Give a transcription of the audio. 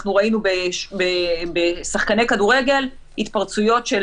אנחנו ראינו אצל שחקני כדורגל התפרצויות של